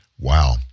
wow